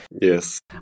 Yes